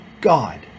God